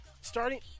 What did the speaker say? Starting